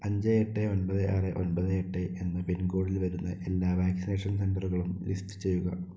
അഞ്ച് എട്ട് ഒൻപത് ആറ് ഒൻപത് എട്ട് എന്ന പിൻകോഡിൽ വരുന്ന എല്ലാ വാക്സിനേഷൻ സെൻ്ററുകളും ലിസ്റ്റ് ചെയ്യുക